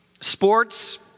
Sports